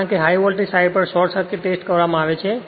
કારણ કે high voltage side પર શોર્ટ સર્કિટ ટેસ્ટ કરવામાં આવે છે